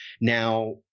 Now